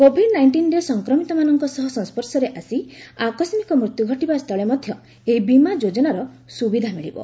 Covid ନାଇଷ୍ଟିନ୍ରେ ସଂକ୍ରମିତମାନଙ୍କ ସହ ସଂସ୍ୱର୍ଶରେ ଆସି ଆକସ୍କିକ ମୃତ୍ୟୁ ଘଟିବା ସ୍ଥଳେ ମଧ୍ୟ ଏହି ବୀମା ଯୋଜନାର ସୁବିଧା ମିଳିବ